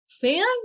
fans